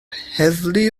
heddlu